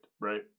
right